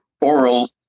oral